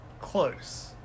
close